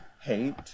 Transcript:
hate